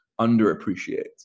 underappreciate